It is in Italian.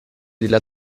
della